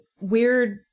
weird